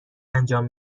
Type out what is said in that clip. انجام